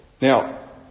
Now